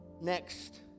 next